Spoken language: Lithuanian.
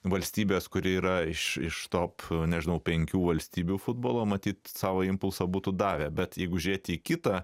valstybės kuri yra iš iš top nežinau penkių valstybių futbolo matyt savo impulsą būtų davę bet jeigu žiūrėti į kitą